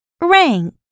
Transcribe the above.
Rank